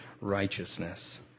righteousness